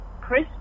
Chris